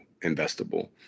investable